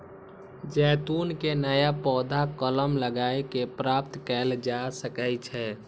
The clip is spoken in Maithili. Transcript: जैतून के नया पौधा कलम लगाए कें प्राप्त कैल जा सकै छै